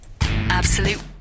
Absolute